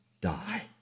die